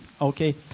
Okay